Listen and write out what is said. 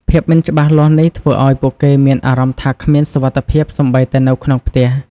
ភាពមិនច្បាស់លាស់នេះធ្វើឲ្យពួកគេមានអារម្មណ៍ថាគ្មានសុវត្ថិភាពសូម្បីតែនៅក្នុងផ្ទះ។